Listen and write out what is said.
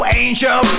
angel